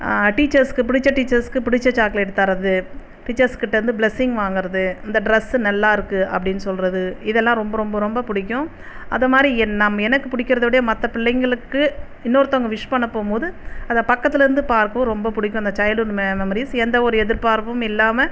டீச்சர்ஸுக்கு பிடித்த டீச்சர்ஸுக்கு பிடித்த சாக்லேட் தர்றது டீச்சர்ஸ்கிட்டே இருந்து ப்ளெஸ்ஸிங் வாங்கிறது இந்த ட்ரெஸ் நல்லாயிருக்கு அப்படின்னு சொல்வது இதெல்லாம் ரொம்ப ரொம்ப ரொம்ப பிடிக்கும் அது மாதிரி என் நம் எனக்கு பிடிக்கறத விட மற்ற பிள்ளைங்களுக்கு இன்னொருத்தவங்க விஷ் பண்ணப் போகும்போது அதை பக்கத்திலேருந்து பார்க்கவும் ரொம்ப பிடிக்கும் அந்த சைல்ட்ஹுட் மெ மெமரிஸ் எந்த ஒரு எதிர்பார்ப்பும் இல்லாமல்